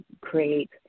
create